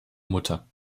mutter